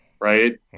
right